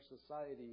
society